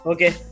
Okay